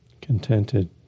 contented